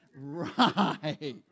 right